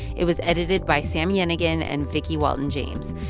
it was edited by sami yenigun and vickie walton-james.